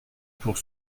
pour